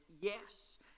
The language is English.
yes